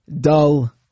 dull